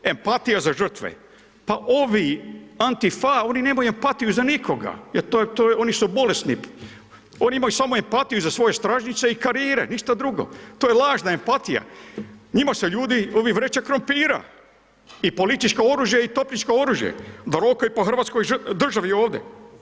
Empatija za žrtve, pa ovi antifa, oni nemaju empatiju za nikoga jer oni su bolesni, oni imaju samo empatiju za svoje stražnjice i karijere, ništa drugo, to je lažna empatija, njima su ljudi vreća krumpira i političko oružje i topničko oružje onda rokaj po hrvatskoj državi ovdje.